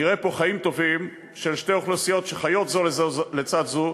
נראה פה חיים טובים של שתי אוכלוסיות שחיות זו לצד זו,